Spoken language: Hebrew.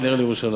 כנראה מירושלים,